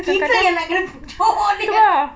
kita yang kena pujuk dia